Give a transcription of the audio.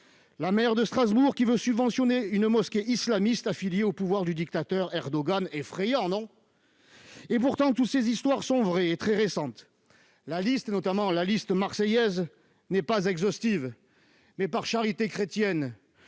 la maire de Strasbourg vouloir subventionner une mosquée islamiste affiliée au pouvoir du dictateur Erdogan. Effrayant, non ? Pourtant, toutes ces histoires sont vraies et très récentes ! La liste, notamment à Marseille, n'est pas exhaustive, mais, par charité chrétienne,